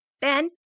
Ben